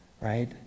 right